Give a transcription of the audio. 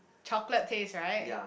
chocolate taste right